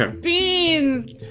beans